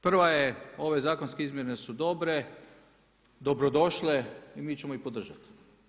Prva je ove zakonske izmjene su dobre, dobrodošle i mi ćemo ih podržati.